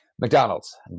McDonald's